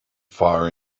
far